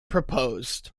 proposed